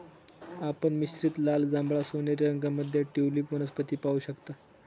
आपण मिश्रित लाल, जांभळा, सोनेरी रंगांमध्ये ट्यूलिप वनस्पती पाहू शकता